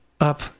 up